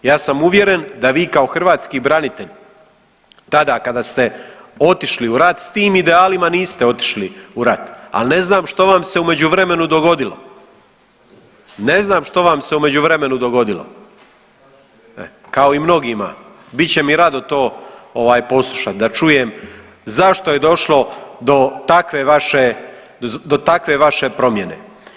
Ja sam uvjeren da vi kao hrvatski branitelj tada kada ste otišli u rat s tim idealima niste otišli u rat, al ne znam što vam se u međuvremenu dogodilo, ne znam što vam se u međuvremenu dogodilo, kao i mnogima, bit će mi rado to ovaj poslušat da čujem zašto je došlo do takve vaše, do takve vaše promjene.